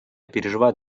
переживает